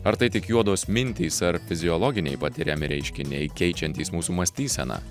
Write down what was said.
ar tai tik juodos mintys ar fiziologiniai patiriami reiškiniai keičiantys mūsų mąstyseną